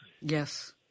Yes